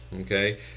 Okay